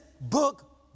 book